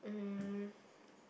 um